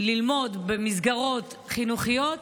ללמוד במסגרות חינוכיות